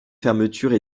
fermetures